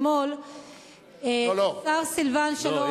אתמול השר סילבן שלום,